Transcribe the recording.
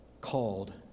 called